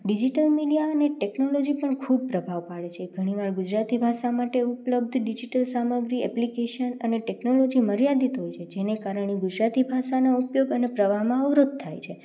digital media અને technology પણ ખૂબ પ્રભાવ પાડે છે ઘણી વાર ગુજરાતી ભાષા માટે ઉપલબ્ધ ડિજીટલ સામગ્રી એપ્લિકેશન અને ટેકનોલોજી મર્યાદિત હોય છે જેને કારણે ગુજરાતી ભાષાનો ઉપયોગ અને પ્રવાહમાં અવરોધ થાય છે